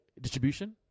distribution